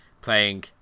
playing